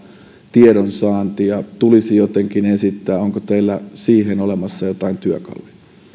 tiedonsaantia tulisi jotenkin esittää onko teillä olemassa siihen joitain työkaluja